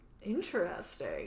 Interesting